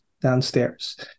downstairs